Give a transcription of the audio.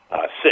six